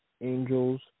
Angels